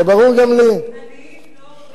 השר שמחון, עניים לא אוכלים לחם אלא פיתות.